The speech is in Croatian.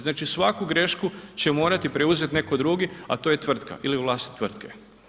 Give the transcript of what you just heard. Znači, svaku grešku će morati preuzeti netko drugi, a to je tvrtka ili vlasnik tvrtke.